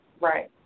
Right